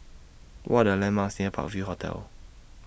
What Are The landmarks near Park View Hotel